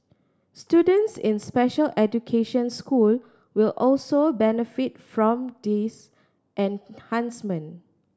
students in special education school will also benefit from these enhancement